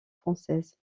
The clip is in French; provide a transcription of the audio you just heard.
françaises